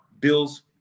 Bills